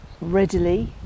readily